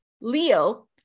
Leo